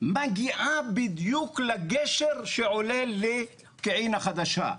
מגיע בדיוק לגשר שעולה לפקיעין החדשה.